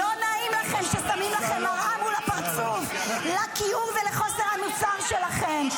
--- לא נעים לכם ששמים לכם מראה מול הפרצוף לכיעור ולחוסר המוסר שלכם.